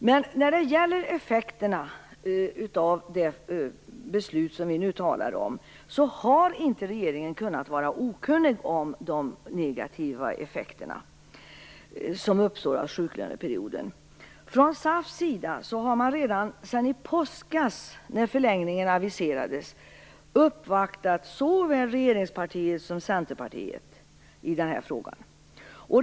Regeringen kan inte ha varit okunnig om de negativa effekterna av det beslut vi nu talar om, de negativa effekterna av sjuklöneperioden. SAF har redan sedan i påskas, när förlängningen aviserades, uppvaktat såväl regeringspartiet som Centerpartiet i frågan.